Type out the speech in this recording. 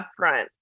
upfront